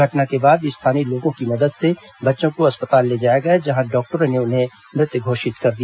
घटना के बाद स्थानीय लोगों की मदद से बच्चों को अस्पताल ले जाया गया जहां डॉक्टरों ने उन्हें मृत घोषित कर दिया